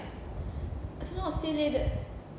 I don't know how to say leh that